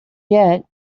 yet